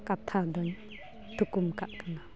ᱠᱟᱛᱷᱟᱫᱚᱧ ᱛᱷᱩᱠᱩᱢ ᱠᱟᱜ ᱠᱟᱱᱟ